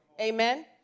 amen